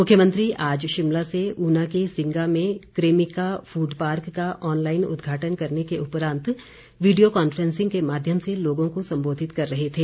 मुख्यमंत्री आज शिमला से ऊना के सिंगा में क्रेमिका फूड पार्क का ऑनलाइन उद्घाटन करने के उपरांत वीडियो कांफ्रेंसिंग के माध्यम से लोगों को संबोधित कर रहे थे